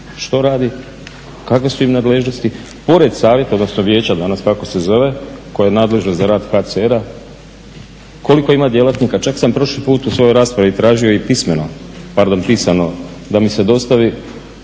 što radi, kakve su im nadležnosti. Pored savjeta, odnosno vijeća danas kako se zove koje je nadležno za rad HCR-a koliko ima djelatnika. Čak sam prošli put u svojoj raspravi tražio i pismeno, pardon pisano da mi se dostavi